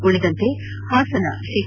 ಉಳಿದಂತೆ ಹಾಸನ ಶೇ